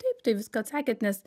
taip tai viską atsakėt nes